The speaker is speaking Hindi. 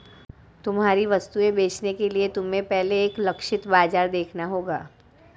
तुम्हारी वस्तुएं बेचने के लिए तुम्हें पहले एक लक्षित बाजार देखना होगा